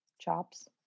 chops